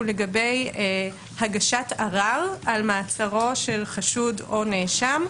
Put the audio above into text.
לגבי הגשת ערר על מעצרו של חשוד או נאשם,